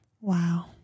Wow